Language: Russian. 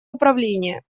управления